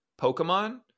pokemon